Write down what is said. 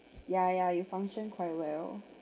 ya ya you function quite well